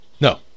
no